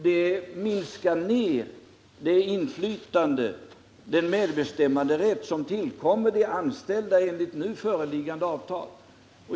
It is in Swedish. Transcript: Detta minskar den medbestämmanderätt som tillkommer de anställda enligt nu gällande avtal.